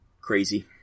crazy